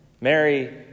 Mary